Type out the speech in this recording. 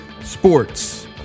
sports